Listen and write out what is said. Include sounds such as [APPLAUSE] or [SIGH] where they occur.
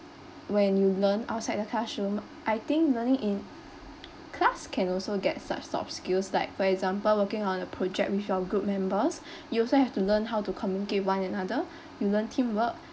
when you learn outside the classroom I think learning in class can also get such soft skills like for example working on a project with your group members [BREATH] you also have to learn how to communicate one another [BREATH] you learn teamwork